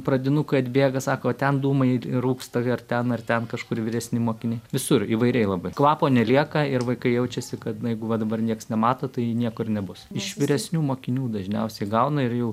pradinukai atbėga sako ten dūmai rūksta ar ten ar ten kažkur vyresni mokiniai visur įvairiai labai kvapo nelieka ir vaikai jaučiasi kad na jeigu va dabar nieks nemato tai nieko ir nebus iš vyresnių mokinių dažniausiai gauna ir jau